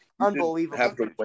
Unbelievable